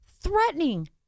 Threatening